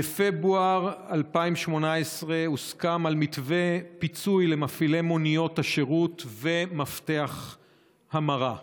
בפברואר 2018 הוסכם על מתווה פיצוי למפעילי מוניות השירות ומפתח המרה.